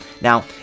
Now